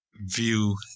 view